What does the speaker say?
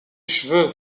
cheveux